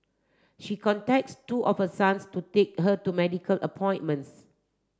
she contacts two of her sons to take her to appointments